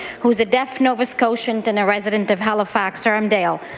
who is a deaf nova scotian and a resident of halifax armdale.